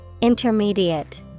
Intermediate